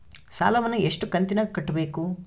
ಸಾಲವನ್ನ ಎಷ್ಟು ಕಂತಿನಾಗ ಕಟ್ಟಬೇಕು?